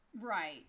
right